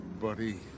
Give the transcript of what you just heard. Buddy